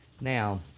Now